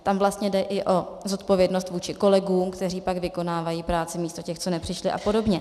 Tam vlastně jde i o zodpovědnost vůči kolegům, kteří pak vykonávají práci místo těch, co nepřišli, apod.